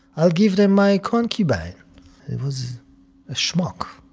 i'll give them my concubine he was a schmuck,